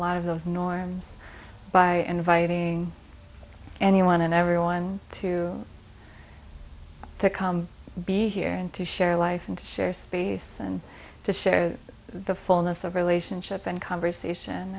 lot of those norms by inviting anyone and everyone to come be here and to share life and to share space and to share the fullness of relationship and conversation